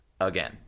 Again